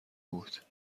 بود